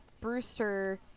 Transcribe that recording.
Brewster